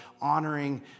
honoring